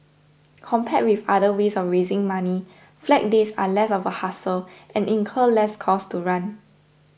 compared with other ways of raising money flag days are less of a hassle and incur less cost to run